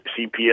CPS